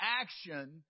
action